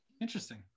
Interesting